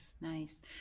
nice